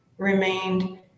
remained